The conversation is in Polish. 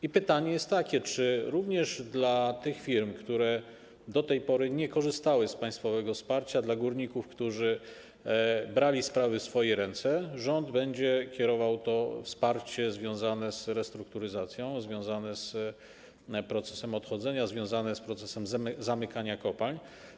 I pytanie jest takie: Czy również do tych firm, które do tej pory nie korzystały z państwowego wsparcia, do górników, którzy brali sprawy w swoje ręce, rząd będzie kierował to wsparcie związane z restrukturyzacją, związane z procesem odchodzenia, związane z procesem zamykania kopalń?